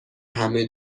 همه